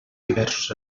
diversos